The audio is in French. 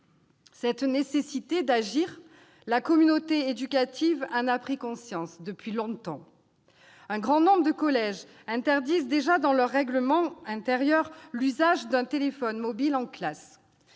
Cette nécessité d'agir, la communauté éducative en a pris conscience depuis longtemps. Un grand nombre de collèges interdisent déjà leur règlement intérieur l'usage d'un téléphone mobile en classe.